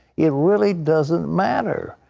it really doesn't matter.